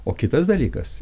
o kitas dalykas